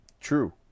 True